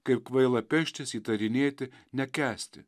kaip kvaila peštis įtarinėti nekęsti